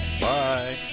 Bye